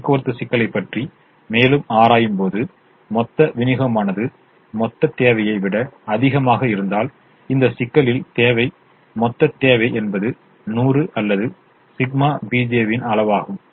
போக்குவரத்து சிக்கலைப் பற்றி மேலும் ஆராயும்போது மொத்த விநியோகமானது மொத்த தேவையை விட அதிகமாக இருந்தால் இந்த சிக்கலில் தேவை மொத்த தேவை என்பது 100 அல்லது ∑ bj வின் அளவாகும்